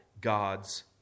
God's